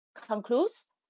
concludes